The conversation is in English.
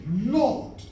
Lord